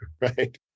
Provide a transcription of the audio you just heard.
right